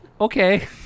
okay